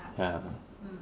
ya